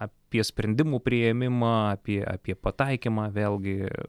apie sprendimų priėmimą apie apie pataikymą vėlgi